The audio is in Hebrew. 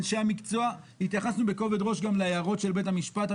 אנשי המקצוע והתייחסנו בכובד ראש גם להערות של בית המשפט,